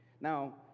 Now